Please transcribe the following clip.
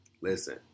listen